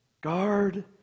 Guard